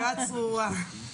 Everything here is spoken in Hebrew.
יותר כמו צרה צרורה.